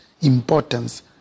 importance